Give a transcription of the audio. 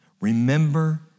Remember